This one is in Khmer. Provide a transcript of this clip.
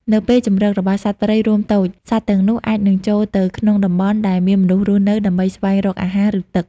នៅពេលជម្រករបស់សត្វព្រៃរួមតូច សត្វទាំងនោះអាចនឹងចូលទៅក្នុងតំបន់ដែលមានមនុស្សរស់នៅដើម្បីស្វែងរកអាហារ ឬទឹក។